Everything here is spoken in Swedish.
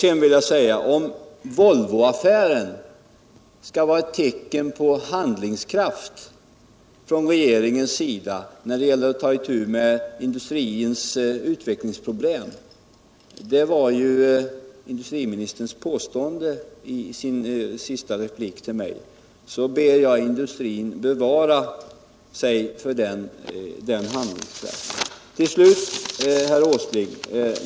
Jag vill också säga att om Volvoaffären skall vara ett tecken på handlingskraft från regeringens sida när det gäller att ta itu med industrins utvecklingsproblem — det var ju industriministerns påstående i hans senaste replik till mig — tror jag att industrin ber Gud bevara sig för den handlingskraften. Till slut, herr Åsling!